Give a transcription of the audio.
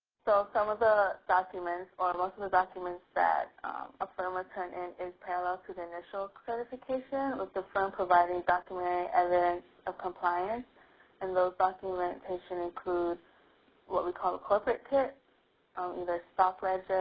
so some of the documents or list of the documents that a firm will turn in is parallel to the initial certification with the firm providing document evidence of compliance and those documentation includes what we call the corporate kit either stock wages,